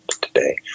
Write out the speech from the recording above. today